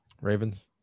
Ravens